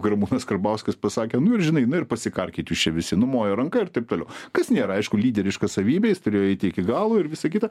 garbūnas karbauskas pasakė nu ir žinai nu ir pasikarkit jūs čia visi numojo ranka ir taip tolau kas nėra aišku lyderiška savybė jis turėjo eiti iki galo ir visa kita